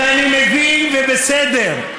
ואני מבין, ובסדר,